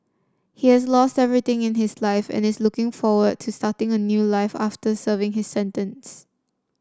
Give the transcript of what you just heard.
he has lost everything in his life and is looking forward to starting a new life after serving his sentence